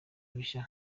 bishya